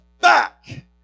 back